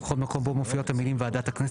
בכל מקום בו מופיעות המילים 'ועדת הכנסת'